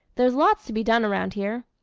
there's lots to be done around here.